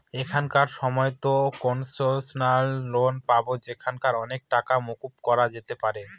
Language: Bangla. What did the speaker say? এখনকার সময়তো কোনসেশনাল লোন পাবো যেখানে অনেক টাকাই মকুব করা যেতে পারে